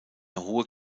hohe